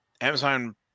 Amazon